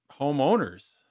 homeowners